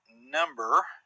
number